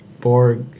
Borg